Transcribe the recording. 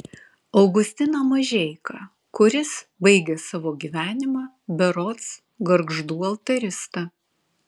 augustiną mažeiką kuris baigė savo gyvenimą berods gargždų altarista